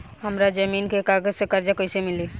हमरा जमीन के कागज से कर्जा कैसे मिली?